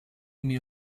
emmy